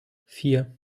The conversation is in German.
vier